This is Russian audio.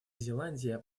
зеландия